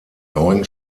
neun